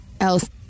else